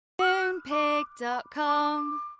Moonpig.com